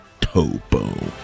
Topo